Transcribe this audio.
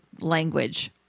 language